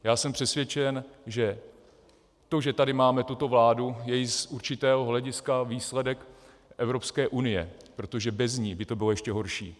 Já jsem přesvědčen, že to, že tady máme tuto vládu, je i z určitého hlediska výsledek Evropské unie, protože bez ní by to bylo ještě horší.